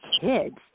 kids